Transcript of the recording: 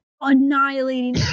annihilating